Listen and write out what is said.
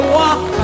walk